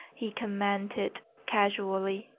he commented casually.